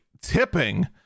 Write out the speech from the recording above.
tipping